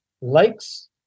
likes